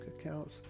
accounts